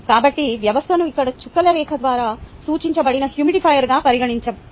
కాబట్టి వ్యవస్థను ఇక్కడ చుక్కల రేఖ ద్వారా సూచించబడిన హ్యూమిడిఫైయర్కుగా పరిగణించండి